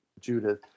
Judith